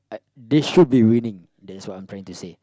they should be winning that's what I'm trying to say